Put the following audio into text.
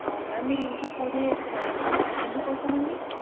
అవునా మీరు ఇంట్లో పూజ చేస్తున్నారా అండి ఎందుకోసమండి